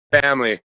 Family